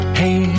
hey